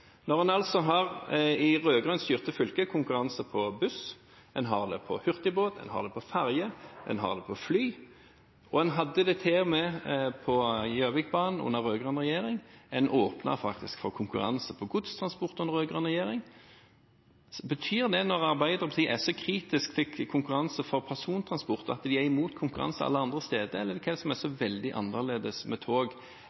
når en altså har i rød-grønt styrte fylker konkurranse på buss, en har det på hurtigbåt, en har det på ferger, en har det på fly, og en hadde det til og med på Gjøvikbanen under rød-grønn regjering, en åpnet faktisk for konkurranse på godstransport under rød-grønn regjering. Betyr det, når Arbeiderpartiet er så kritisk til konkurranse for persontransport, at de er imot konkurranse alle andre steder? Hva er det som er